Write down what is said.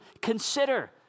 consider